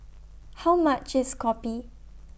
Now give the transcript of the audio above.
How much IS Kopi